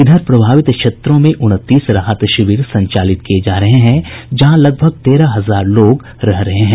इधर प्रभावित क्षेत्रों में उनतीस राहत शिविर संचालित किये जा रहे हैं जहां लगभग तेरह हजार लोग रह रहे हैं